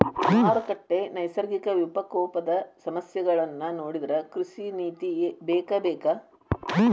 ಮಾರುಕಟ್ಟೆ, ನೈಸರ್ಗಿಕ ವಿಪಕೋಪದ ಸಮಸ್ಯೆಗಳನ್ನಾ ನೊಡಿದ್ರ ಕೃಷಿ ನೇತಿ ಬೇಕಬೇಕ